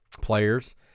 players